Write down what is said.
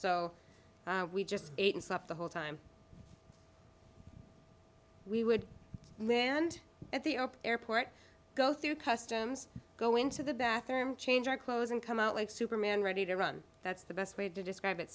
so we just ate and slept the whole time we would land at the open airport go through customs go into the bathroom change our clothes and come out like superman ready to run that's the best way to describe it